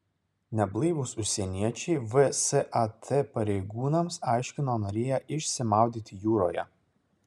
neblaivūs užsieniečiai vsat pareigūnams aiškino norėję išsimaudyti jūroje